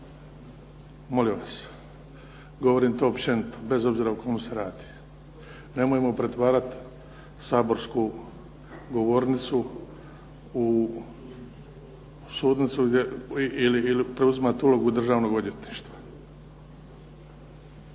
Molim vas, govorim to općenito bez obzira o kome se radi. Nemojmo pretvarati saborsku govornicu u sudnicu ili preuzimati ulogu Državnog odvjetništva.